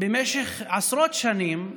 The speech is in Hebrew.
במשך עשרות שנים,